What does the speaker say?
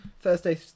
Thursday